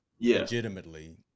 legitimately